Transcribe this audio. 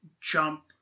jump